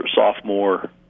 sophomore